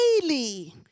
Daily